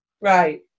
Right